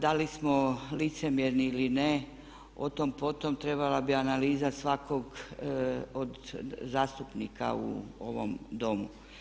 Da li smo licemjerni ili ne o tom potom trebala bi analiza svakog od zastupnika u ovom Domu.